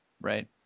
Right